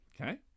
Okay